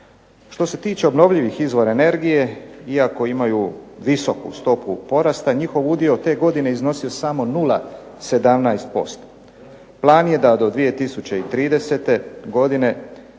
Što se tiče obnovljivih izvora energije iako imaju visoku stopu porasta njihov udio te godine je iznosio samo 0,17%. Plan je da do 2030. godine